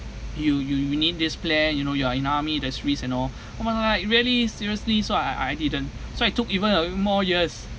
you you you need this plan you know you are in army there's risk and all come on lah you really seriously so I I I didn't so I took even m~ more years